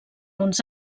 uns